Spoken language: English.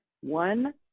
one